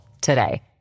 today